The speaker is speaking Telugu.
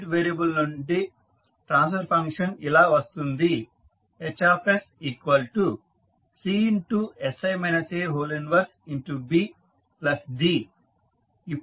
స్టేట్ వేరియబుల్ నుండి ట్రాన్స్ఫర్ ఫంక్షన్ ఇలా వస్తుంది HsCsI A 1BD